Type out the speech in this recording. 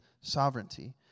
Sovereignty